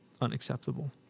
unacceptable